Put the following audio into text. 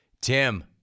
Tim